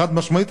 חד-משמעית,